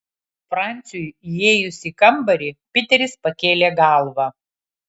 franciui įėjus į kambarį piteris pakėlė galvą